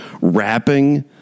rapping